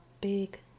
big